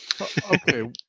Okay